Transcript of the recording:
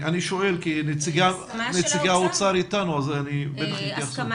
אני שואל כי נציגי האוצר איתנו אז הם בטח יתייחסו.